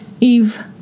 Eve